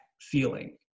feeling